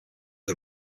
was